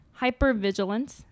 hypervigilance